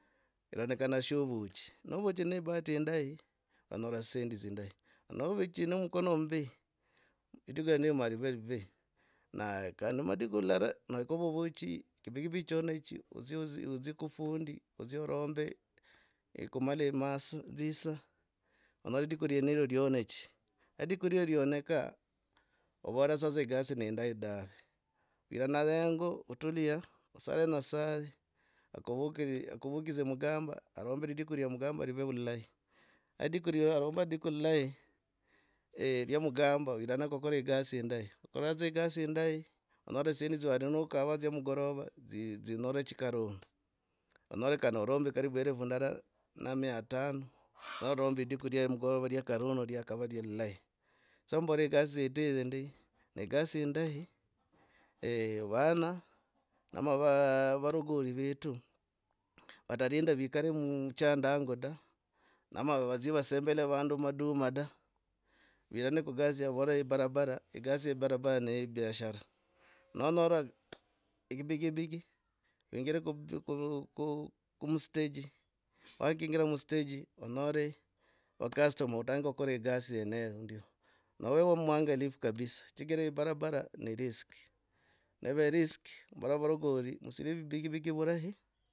Karondakana shovuohi, novuoh ne ebahati indahi onyora dzisendi dzindanyi ne novuchi no mukono mumbi lindiku lienelo ma live livi. Kandi madiku lilala na kava ovuohi kibigibigi choneche odzie zi odzie kufundi, odzie orombe, ekumala emasi, dzi saa onyora lidiku lienelo lionechi. Lidiku iyo lionekaa ovoraa sasa egasi neindahi dave. Wivana dza hango oturuya. Osale nyasaye akuvukri akuvukidze mukamba orombe lidiku iyo mukamba live vulahi. Lidiku riya, aromba lidiku lilahi rya mugamba uu wirane kukora egasi indahi. Oraa gasi indahi onyore dzisendi dzya wali nokava dzya mukorava dzinyoreche kavuna onyole kana urambi. Karibu elfu ndala na mia tano norombi lidiku lya mukorova iya karuno iyakava lilahi sa mbore gasi yetu her dza ndi, ne gasi indahi eeh vana ama vaa varogori vetu vatalinda vikale mu muchandangu da, ama wadzie vasemile vandu maduma da virano kugasi yevola ye ebarabara egasi ye ebarabara ne biashara. Nanyora ebigibigi yingire lu mustage, wakingira mustage onyora vacustomer otange kukora egasi yeneyo ndyo. Nave ove mwangalitu kabisa chigira ebarabara ni risky, ive risky, vara varagoli musive ebigibigi vurahi.